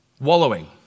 Wallowing